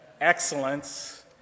Excellence